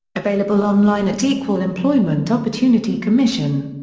available on-line at equal employment opportunity commission.